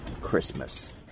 Christmas